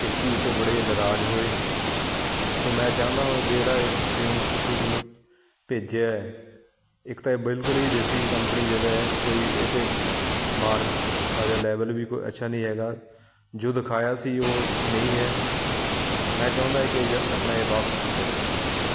ਇਸ ਚੀਜ਼ 'ਤੇ ਬੜੇ ਨਾਰਾਜ਼ ਹੋਏ ਸੋ ਮੈਂ ਚਾਹੁੰਦਾ ਹਾਂ ਜਿਹੜਾ ਇਹ ਪ੍ਰਫਿਊਮ ਤੁਸੀਂ ਮੈਨੂੰ ਭੇਜਿਆ ਇੱਕ ਤਾਂ ਇਹ ਬਿਲਕੁਲ ਹੀ ਦੇਸੀ ਜਿਹੀ ਕੰਪਨੀ ਜਿਹੀ ਦਾ ਹੈ ਕੋਈ ਇਹ 'ਤੇ ਮਾਰਕ ਆ ਜਾਂ ਲੈਵਲ ਵੀ ਕੋਈ ਅੱਛਾ ਨਹੀਂ ਹੈਗਾ ਜੋ ਦਿਖਾਇਆ ਸੀ ਉਹ ਨਹੀਂ ਹੈ ਮੈਂ ਚਾਹੁੰਦਾ ਕਿ ਜ ਆਪਣਾ ਇਹ ਵਾਪਸ ਕੀਤਾ ਜਾਵੇ